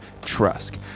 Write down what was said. Trusk